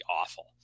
awful